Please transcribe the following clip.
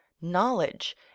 knowledge